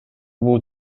бул